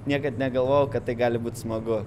niekad negalvojau kad tai gali būt smagu